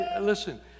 Listen